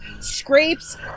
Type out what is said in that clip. scrapes